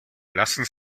lassen